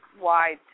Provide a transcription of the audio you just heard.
wide